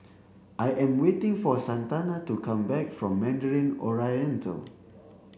I am waiting for Santana to come back from Mandarin Oriental